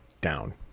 down